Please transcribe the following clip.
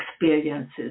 experiences